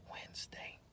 Wednesday